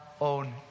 own